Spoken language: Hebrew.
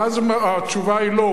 ואז התשובה היא: לא.